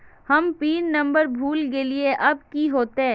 हम pin number भूल गलिऐ अब की होते?